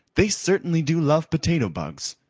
they certainly do love potato bugs.